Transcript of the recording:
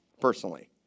personally